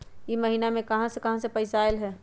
इह महिनमा मे कहा कहा से पैसा आईल ह?